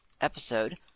episode